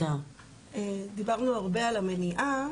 דיברנו הרבה על המניעה,